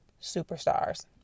superstars